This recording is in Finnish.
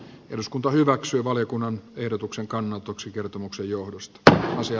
eduskunta hyväksyy valiokunnan ehdotuksen kannatuksen kertomuksen johdosta c osia